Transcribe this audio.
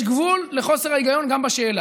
יש גבול גם לחוסר ההיגיון בשאלה.